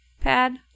pad